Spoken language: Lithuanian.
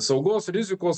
saugos rizikos